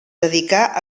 dedicà